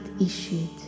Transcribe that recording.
issued